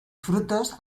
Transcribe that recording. frutos